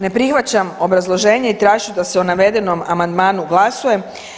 Ne prihvaćam obrazloženje i tražit ću da se o navedenom amandmanu glasuje.